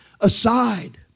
aside